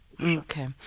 Okay